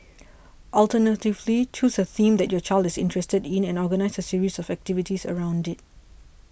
alternatively choose a theme that your child is interested in and organise a series of activities around it